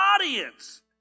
audience